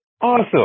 Awesome